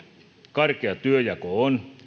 karkea työnjako on